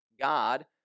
God